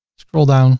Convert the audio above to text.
scroll down.